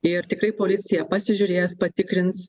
ir tikrai policija pasižiūrės patikrins